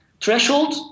threshold